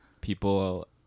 people